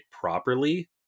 properly